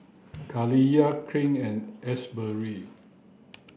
Kaliyah Clint and Asbury